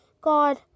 God